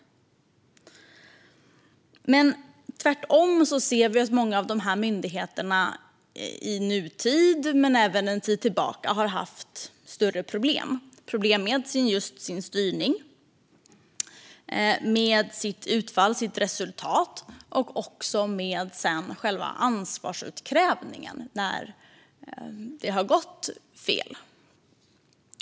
Men tvärtom ser vi att många av myndigheterna i nutid, och även en tid tillbaka, har haft större problem med just styrning, resultat och med ansvarsutkrävande när det har gått fel.